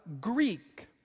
Greek